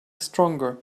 stronger